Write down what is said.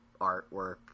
artwork